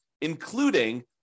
including